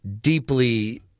deeply